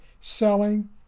selling